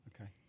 Okay